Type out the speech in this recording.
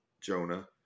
Jonah